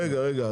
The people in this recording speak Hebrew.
רגע רגע,